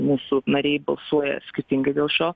mūsų nariai balsuoja skirtingai dėl šio